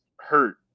hurt